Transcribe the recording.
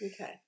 Okay